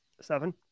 Seven